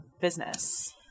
business